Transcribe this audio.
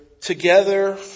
together